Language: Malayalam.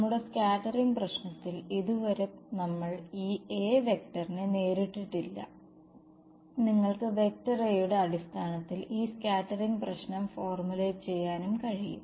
നമ്മളുടെ സ്കാറ്ററിംഗ് പ്രശ്നത്തിൽ ഇതുവരെ നമ്മൾ ഈ A വെക്ടറിനെ നേരിട്ടിട്ടില്ല നിങ്ങൾക്ക് വെക്റ്റർ A യുടെ അടിസ്ഥാനത്തിൽ ഈ സ്കാറ്ററിംഗ് പ്രശ്നം ഫോര്മുലറ്റ് ചെയ്യാനും കഴിയും